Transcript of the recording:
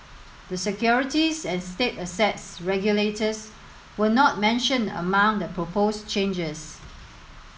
the securities and state assets regulators were not mentioned among the proposed changes